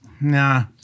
nah